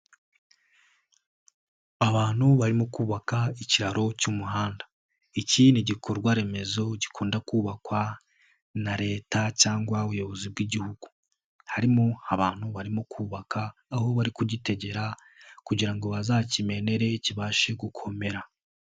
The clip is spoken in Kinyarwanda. Abantu barimo kubaka ikiraro cy'umuhanda. Iki ni gikorwa remezo gikunda kubakwa na Leta cyangwa ubuyobozi bw'igihugu, harimo abantu barimo kubaka aho bari kugitegera kugira ngo bazakimenere kibashe gukomera.